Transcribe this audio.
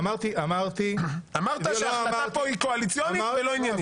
אמרת שההחלטה פה היא קואליציונית ולא עניינית.